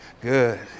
Good